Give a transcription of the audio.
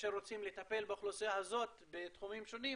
וכאשר רוצים לטפל באוכלוסייה הזאת בתחומים שונים